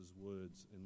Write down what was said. words